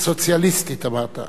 הסוציאליסטית, אמרת.